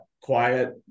Quiet